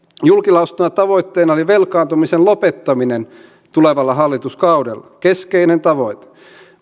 julkilausuttuna tavoitteena oli velkaantumisen lopettaminen tulevalla hallituskaudella keskeinen tavoite